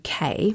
UK